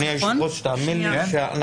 זה